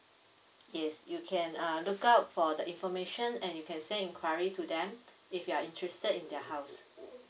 yes you can uh look out for the information and you can say enquiry to them if you are interested in their house you